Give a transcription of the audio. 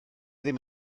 ddim